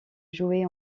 joué